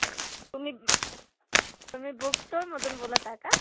तुम्ही तुम्ही बुकस्टॉलमधून बोलत आहा का